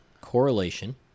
correlation